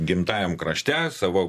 gimtajam krašte savo